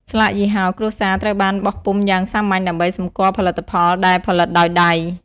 ស្លាកយីហោ គ្រួសារត្រូវបានបោះពុម្ពយ៉ាងសាមញ្ញដើម្បីសម្គាល់ផលិតផលដែលផលិតដោយដៃ។